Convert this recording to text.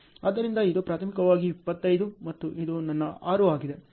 ಆದ್ದರಿಂದ ಇದು ಪ್ರಾಥಮಿಕವಾಗಿ 25 ಮತ್ತು ಇದು ನನ್ನ 6 ಆಗಿದೆ